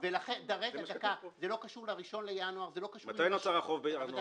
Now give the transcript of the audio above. ולכן זה לא קשור ל-1 בינואר --- מתי נוצר החוב בארנונה?